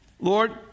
Lord